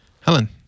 Helen